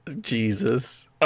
Jesus